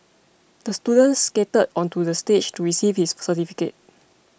the students skated onto the stage to receive his certificate